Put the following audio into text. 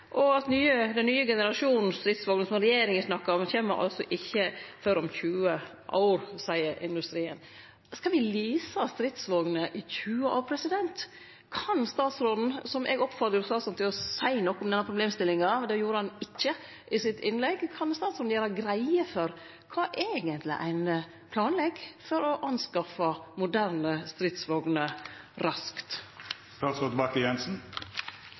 Den nye generasjonen stridsvogner som regjeringa snakkar om, kjem altså ikkje før om 20 år, seier industrien. Skal me lease stridsvogner i 20 år? Eg oppfordra statsråden til å seie noko om denne problemstillinga i sitt innlegg, men det gjorde han ikkje. Kan statsråden gjere greie for kva ein eigentleg planlegg for å skaffe moderne stridsvogner raskt?